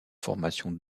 formation